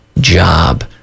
job